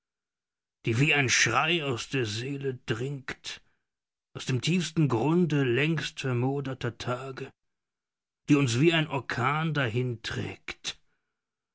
die wie ein schrei aus der seele dringt aus dem tiefsten grunde längst vermoderter tage die uns wie ein orkan